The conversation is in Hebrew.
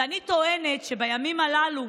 ואני טוענת שבימים הללו,